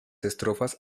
estrofas